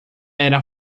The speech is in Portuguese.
era